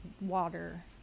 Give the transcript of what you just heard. water